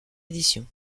édition